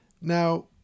Now